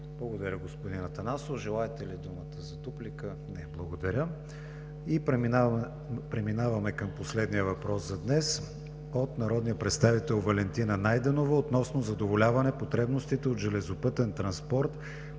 Благодаря, господин Атанасов. Желаете ли думата за дуплика, господин Министър? Не. Благодаря. Преминаваме към последния за днес въпрос от народния представител Валентина Найденова относно задоволяване потребностите от железопътен транспорт